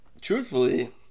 truthfully